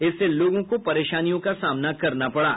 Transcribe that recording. इससे लोगों को परेशानियों का सामना करना पड़ा